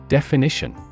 Definition